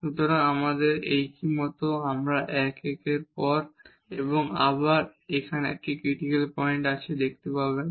সুতরাং আমরা এই মত একের পর এক এবং আবার এখানে একটি ক্রিটিকাল পয়েন্ট আছে দেখতে পাবেন